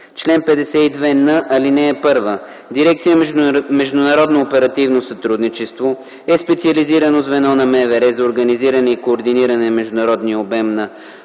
Чл. 52н. (1) Дирекция “Международно оперативно сътрудничество” е специализирано звено на МВР за организиране и координиране на международния обмен на